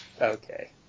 Okay